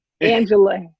Angela